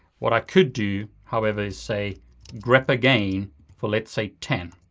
what i could do however is say grep again for let's say ten.